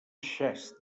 xest